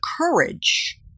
courage